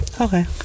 okay